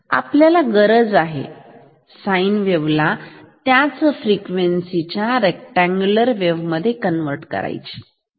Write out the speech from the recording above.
तर आपल्याला गरज आहे साईन वेव्ह ला त्याच फ्रिक्न्सी च्या रेक्टअँगल वेव्ह मध्ये रूपांतरित करण्याचीपण प्रश्न येतो कसे करायचे